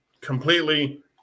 completely